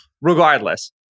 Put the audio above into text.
Regardless